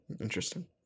Interesting